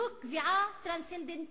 זו קביעה טרנסצנדנטלית.